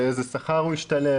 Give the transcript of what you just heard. באיזה שכר הוא השתלב.